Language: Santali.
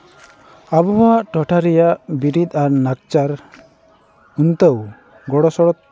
ᱟᱵᱚᱣᱟᱜ ᱴᱚᱴᱷᱟ ᱨᱮᱭᱟᱜ ᱵᱤᱨᱤᱫ ᱟᱨ ᱞᱟᱠᱪᱟᱨ ᱱᱤᱛᱚᱜ ᱜᱚᱲᱚ ᱥᱚᱲᱚ